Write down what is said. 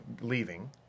leaving